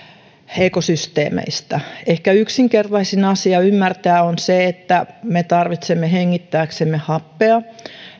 ekosysteemeistä ehkä yksinkertaisin asia ymmärtää on se että me tarvitsemme hengittääksemme happea